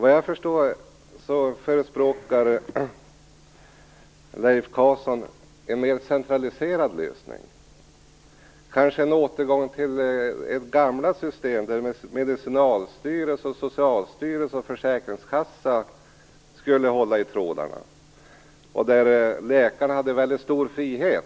Vad jag förstår förespråkar Leif Carlson en mer centraliserad lösning, kanske en återgång till det gamla systemet där en medicinalstyrelse, en socialstyrelse och försäkringskassor skulle hålla i trådarna och där läkarna hade mycket stor frihet.